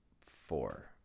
four